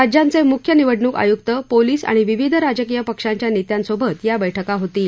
राज्यांचे मुख्य निवडणूक आयुक्त पोलीस आणि विविध राजकीय पक्षांच्या नेत्यांसोबत या बैठका होतील